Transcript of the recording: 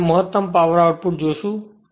તેથી આ તે મહત્તમ પાવર આઉટપુટ જોશું